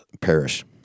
perish